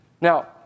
Now